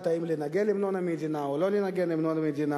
אם לנגן את המנון המדינה או לא לנגן את המנון המדינה,